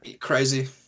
crazy